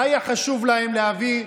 מה היה חשוב להם להביא?